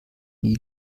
nie